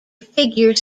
figure